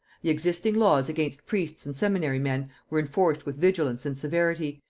the existing laws against priests and seminary-men were enforced with vigilance and severity,